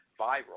viral